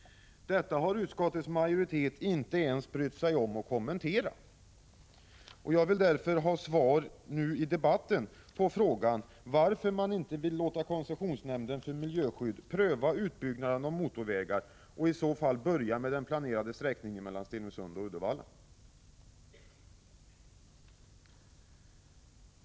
Detta har utskottets majoritet inte ens brytt sig om att kommentera. Jag vill därför ha svar nu i debatten på frågan, varför man inte vill låta koncessionsnämnden för miljöskydd pröva utbyggnaden av motorvägar och i så fall börja med den planerade sträckningen mellan Stenungsund och Uddevalla.